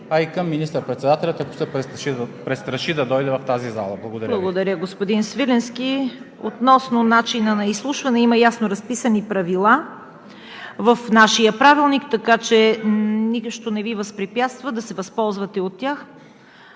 а и към министър-председателя, ако се престраши да дойде в тази зала. Благодаря Ви. ПРЕДСЕДАТЕЛ ЦВЕТА КАРАЯНЧЕВА: Благодаря, господин Свиленски. Относно начина на изслушване има ясно разписани правила в нашия Правилник, така че нищо не Ви възпрепятства да се възползвате от тях.